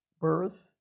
birth